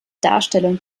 darstellung